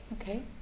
okay